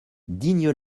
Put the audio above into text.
digne